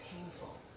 painful